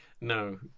no